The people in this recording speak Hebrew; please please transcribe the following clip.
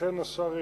לכן השר הרגיש,